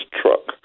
truck